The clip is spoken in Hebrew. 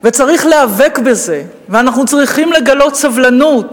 וצריך להיאבק בזה, ואנחנו צריכים לגלות סבלנות,